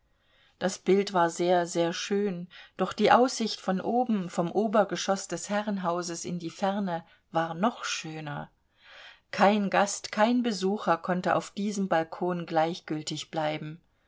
das bild war sehr sehr schön doch die aussicht von oben vom obergeschoß des herrenhauses in die ferne war noch schöner kein gast kein besucher konnte auf diesem balkon gleichgültig bleiben